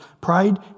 Pride